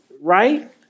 Right